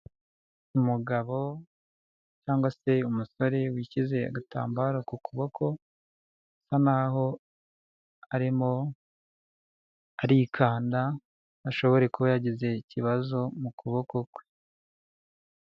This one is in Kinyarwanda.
Umugabo cyangwa se umusore wishyize agatambaro ku kuboko, asa n'aho arimo arikanda, ashobore kuba yagize ikibazo mu kuboko kwe.